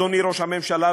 אדוני ראש הממשלה,